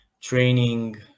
training